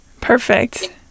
Perfect